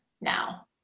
now